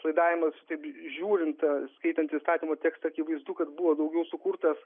laidavimas taip žiūrint skaitant įstatymo tekstą akivaizdu kad buvo daugiau sukurtas